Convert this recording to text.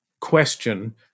question